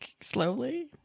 slowly